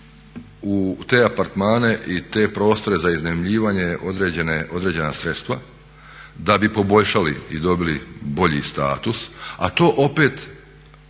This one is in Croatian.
u te apartmane i te prostore za iznajmljivanje određena sredstva da bi poboljšali i dobili bolji status, a to opet